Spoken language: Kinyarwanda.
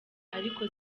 ariko